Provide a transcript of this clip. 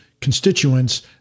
constituents